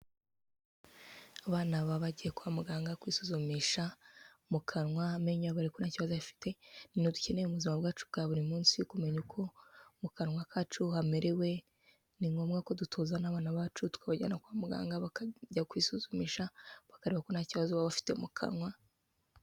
Abana baba bagiye kwa muganga kwisuzumisha mu kanwa, amenyo bareba nta kibazo afite, ni ibi dukeneye ubuzima bwacu bwa buri munsi, kumenya uko mu kanwa kacu hamerewe, ni ngombwa ko dutoza n'abana bacu tukabajyana kwa muganga bakajya kwisuzumisha, bakareba ko ntakibazo baba bafite mu kanwa.